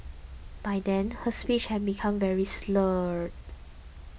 by then her speech had become very slurred